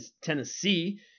Tennessee